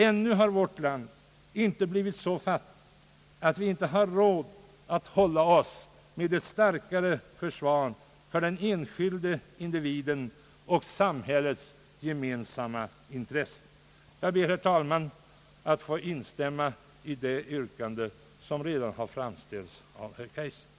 ännu har vårt land inte blivit så fattigt, att vi inte har råd att hålla oss med ett starkare försvar för den enskilde individen och för samhällets gemensamma intressen. Herr talman! Jag ber att få instämma i det yrkande som redan har framställts av herr Kaijser.